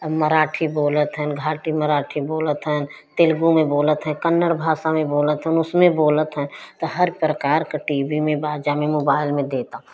अब मराठी बोलत हैं घाटी मराठी बोलत हैं तेलगु में बोलत हैं कन्नड़ भाषा में बोलत हैं हम उसमें बोलत हैं त हर प्रकार क टी वी में बाजा में मोबाइल में दे द